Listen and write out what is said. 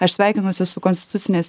aš sveikinuosi su konstitucinės